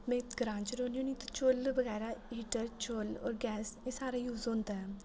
मैं ग्रांऽ च रौह्न्नी हुन्नी आं ते चुल्ल बगैर हीटर चुल्ल होर गैस एह् सारा यूज़ होंदा ऐ